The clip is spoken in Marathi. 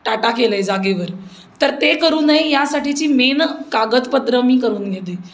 टाटा केला आहे जागेवर तर ते करू नाही यासाठीची मेन कागदपत्रं मी करून घेते